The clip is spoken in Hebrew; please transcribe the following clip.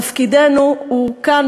תפקידנו הוא כאן,